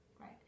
right